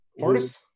Portis